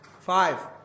five